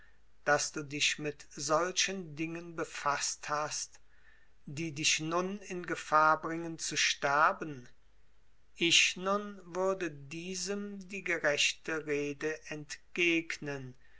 daß du dich mit solchen dingen befaßt hast die dich nun in gefahr bringen zu sterben ich nun würde diesem die gerechte rede entgegnen